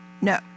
No